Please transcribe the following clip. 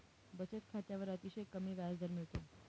बचत खात्यावर अतिशय कमी व्याजदर मिळतो